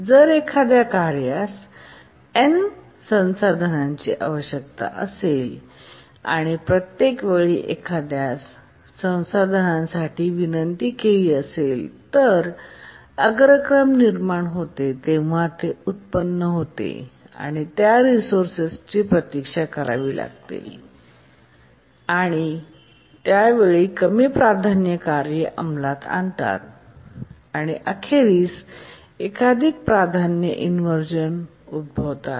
जर एखाद्या कार्यास n संसाधनांची आवश्यकता असेल आणि प्रत्येक वेळी एखाद्यास संसाधनांसाठी विनंती केली असेल तर अग्रक्रम निर्माण होते तेव्हा ते उत्पन्न होते आणि त्या रिसोर्सेस प्रतीक्षा करावी लागते आणि त्यावेळी कमी प्राधान्य कार्ये अंमलात आणतात आणि अखेरीस एकाधिक प्राधान्य इनव्हर्जन उद्भवतात